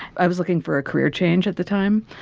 i was looking for a career change at the time.